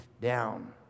down